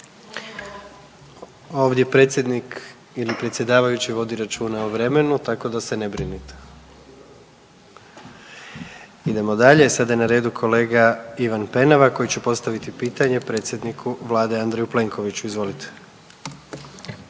Ovdje predsjednik ili predsjedavajući vodi računa o vremenu, tako da se ne brinete. **Jandroković, Gordan (HDZ)** Idemo dalje, sada je na redu kolega Ivan Penava, koji će postaviti pitanje predsjedniku vlade Andreju Plenkoviću. Izvolite.